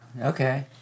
okay